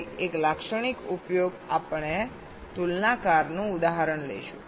તેથી એક લાક્ષણિક ઉપયોગ આપણે તુલનાકારનું ઉદાહરણ લઈશું